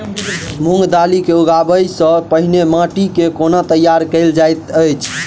मूंग दालि केँ उगबाई सँ पहिने माटि केँ कोना तैयार कैल जाइत अछि?